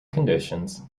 conditions